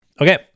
Okay